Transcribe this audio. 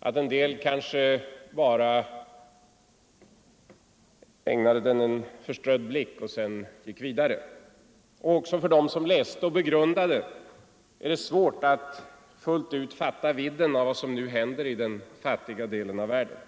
att en del kanske bara ägnade den en förströdd blick och sedan gick vidare. Också för dem som läste och begrundade är det svårt att fullt ut fatta vidden av vad som nu händer i den fattiga delen av världen.